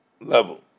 level